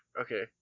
Okay